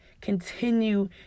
Continue